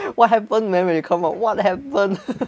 what happen man when you come out what happened